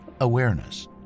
awareness